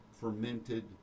fermented